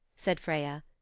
said freya.